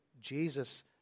Jesus